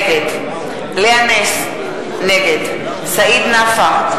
נגד לאה נס, נגד סעיד נפאע,